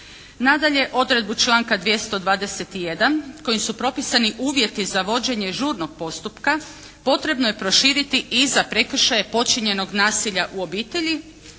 Nadalje, odredbu članka 221. kojim su propisani uvjeti za vođenje žurnog postupka potrebno je proširiti i za prekršaje počinjenog nasilja u obitelji